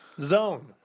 Zone